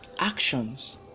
actions